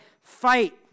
fight